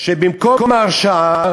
שבמקום ההרשעה